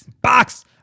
Box